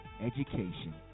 education